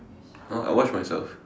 !huh! I watch myself